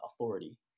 authority